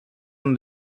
uno